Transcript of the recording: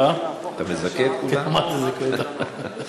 איציק, תן איזו תפילה גם לביטוח הסיעודי.